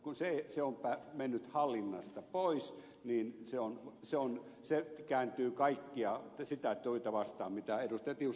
kun se on mennyt hallinnasta pois niin se kääntyy kaikkea sitä työtä vastaan mitä ed